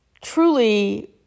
Truly